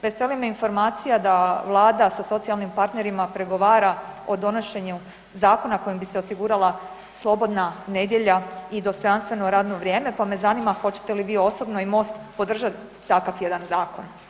Veseli me informacija da Vlada sa socijalnim partnerima pregovara o donošenju zakona kojim bi se osigurala slobodna nedjelja i dostojanstveno radno vrijeme pa me zanima hoćete li vi osobno i Most podržati takav jedan zakon.